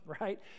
right